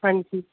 आं जी